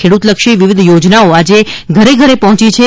ખેડ્રતલક્ષી વિવિધ યોજનાઓ આજે ઘરે ઘરે પહોંચી છે